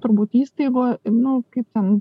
turbūt įstaigoj nu kaip ten